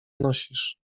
nosisz